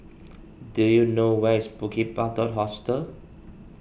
do you know where is Bukit Batok Hostel